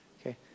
Okay